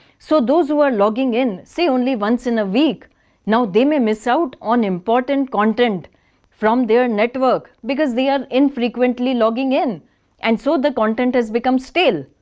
so those who are logging in say only once in a week now they may miss out on important content from their network because they are infrequently logging in and so the content has become stale.